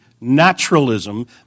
naturalism